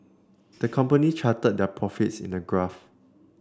the company charted their profits in a graph